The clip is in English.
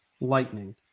lightning